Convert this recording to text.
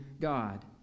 God